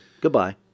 goodbye